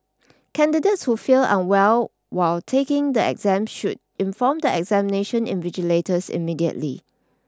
candidates who feel unwell while taking the exam should inform the examination invigilators immediately